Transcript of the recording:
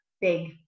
big